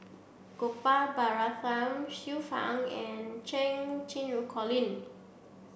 Gopal Baratham Xiu Fang and Cheng Xinru Colin